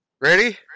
Ready